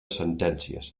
sentències